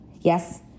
Yes